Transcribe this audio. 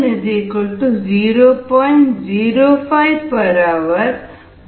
05 h Yxs 0